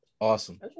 Awesome